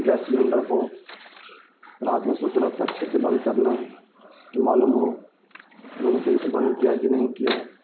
gas cylinder کو رات میں سوتے وقت اچھے سے بند کرنا ہے کہ معلوم ہو میں نے صحیح سے بند کیا ہے کہ نہیں کیا ہے